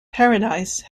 paradise